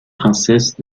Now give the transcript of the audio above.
princesse